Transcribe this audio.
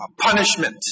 punishment